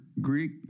Greek